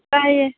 ꯇꯥꯏꯌꯦ